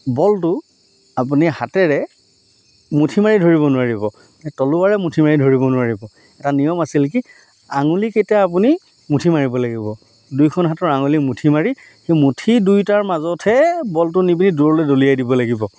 বলটো আপুনি হাতেৰে মুঠি মাৰি ধৰিব নোৱাৰিব তলুৱাৰে মুঠি মাৰি ধৰিব নোৱাৰিব এটা নিয়ম আছিল কি আঙুলিকেইটাৰে আপুনি মুঠি মাৰিব লাগিব দুয়োখন হাতৰ আঙুলি মুঠি মাৰি সেই মুঠি দুয়োটাৰ মাজতহে বলটো নিপিনি দূৰলৈ দলিয়াই দিব লাগিব